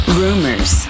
rumors